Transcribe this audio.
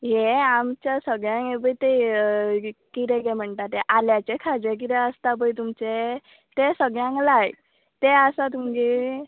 हें आमच्या सगळ्यांग हें बय तें कितें गे म्हणटा तें आल्याचें खाजें कितें आसता पळय तुमचें तें सगळ्यांग लायक तें आसा तुमगेर